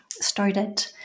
started